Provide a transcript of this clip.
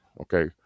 okay